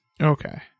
Okay